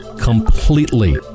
completely